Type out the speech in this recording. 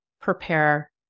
prepare